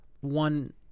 One